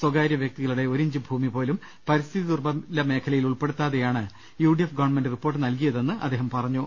സ്വകാര്യ വ്യക്തികളുടെ ഒരിഞ്ച് ഭൂമിപോലും പരിസ്ഥിതി ദുർബല മേഖലയിൽ ഉൾപ്പെടുത്താതെയാണ് U D F government report നൽകിയതെന്ന് അദ്ദേഹം പറഞ്ഞു